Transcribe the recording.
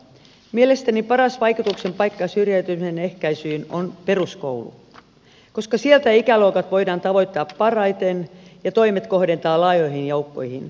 mielestäni paras vaikutuksen paikka syrjäytymisen ehkäisyyn on peruskoulu koska siellä ikäluokat voidaan tavoittaa parhaiten ja toimet kohdentaa laajoihin joukkoihin